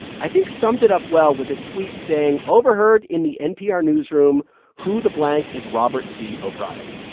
i think, summed it up well with a tweet saying, overheard in the npr newsroom who the blank is robert c. o'brien?